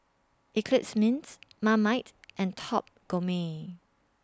Eclipse Mints Marmite and Top Gourmet